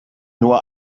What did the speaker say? nur